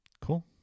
Cool